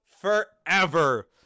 forever